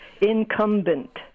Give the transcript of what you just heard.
incumbent